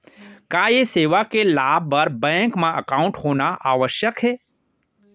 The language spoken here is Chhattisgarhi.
का ये सेवा के लाभ बर बैंक मा एकाउंट होना आवश्यक हे